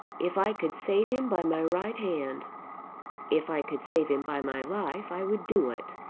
if i could save him by my right hand if i could save him by my life, i would do it.